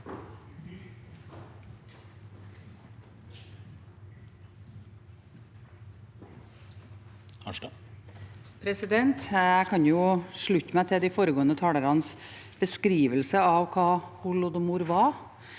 Jeg kan slutte meg til de foregående talernes beskrivelse av hva holodomor var.